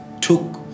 took